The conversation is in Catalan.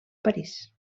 parís